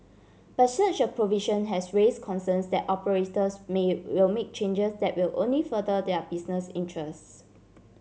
but such a provision has raise concerns that operators may will make changes that will only further their business interests